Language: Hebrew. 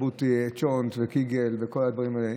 תרבות של צ'ולנט וקיגל וכל הדברים האלה.